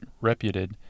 reputed